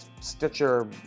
Stitcher